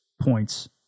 points